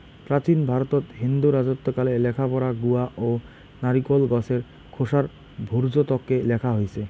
প্রাচীন ভারতত হিন্দু রাজত্বকালে লেখাপড়া গুয়া ও নারিকোল গছের খোসার ভূর্জত্বকে লেখা হইচে